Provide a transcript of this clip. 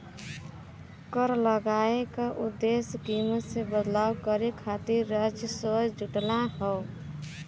कर लगाये क उद्देश्य कीमत में बदलाव करे खातिर राजस्व जुटाना हौ